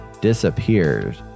disappeared